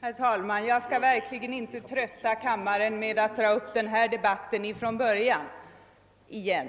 Herr talman! Jag skall verkligen inte trötta kammarens ledamöter med att börja den här debatten från början igen.